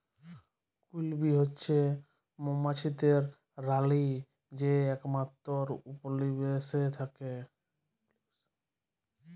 queen bee হছে মোমাছিদের রালী যে একমাত্তর উপলিবেশে থ্যাকে